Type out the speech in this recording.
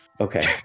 Okay